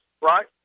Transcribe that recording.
right